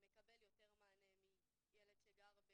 מקבל יותר מענה מילד שגר,